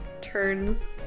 turns